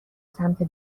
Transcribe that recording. سمت